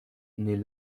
naît